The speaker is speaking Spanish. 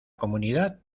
comunidad